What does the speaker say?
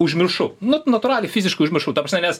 užmiršau nu natūraliai fiziškai užmiršau ta prasme nes